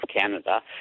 Canada